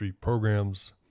programs